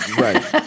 Right